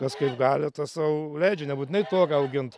kas kaip gali tas sau leidžia nebūtinai tokią augint